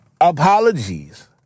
apologies